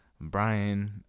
Brian